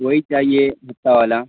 وہی چاہیے گپتا والا